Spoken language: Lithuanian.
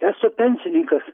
esu pensininkas